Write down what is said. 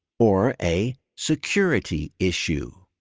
or a security issue,